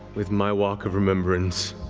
with my walk of remembrance.